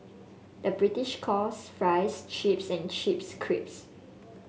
the British calls fries chips and chips crisps